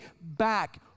back